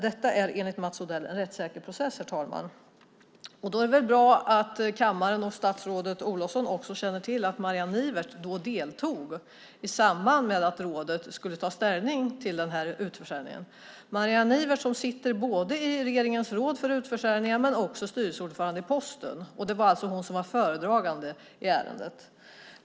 Detta är, enligt Mats Odell, en rättssäker process, herr talman. Då är det väl bra att kammaren och statsrådet Olofsson känner till att Marianne Nivert deltog när rådet skulle ta ställning till den här utförsäljningen. Marianne Nivert sitter i regeringens råd för utförsäljningar men är också styrelseordförande i Posten. Det var alltså hon som var föredragande i ärendet.